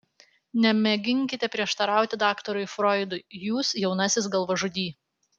nemėginkite prieštarauti daktarui froidui jūs jaunasis galvažudy